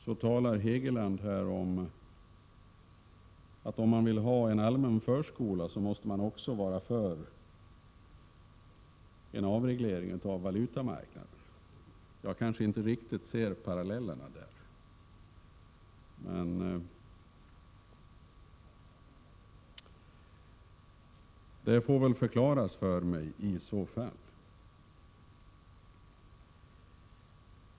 Hugo Hegeland säger, att om man vill ha en allmän förskola, måste man också vara för en avreglering av valutamarknaden. Jag kanske inte riktigt kan se parallellerna här, utan de får nog förklaras för mig.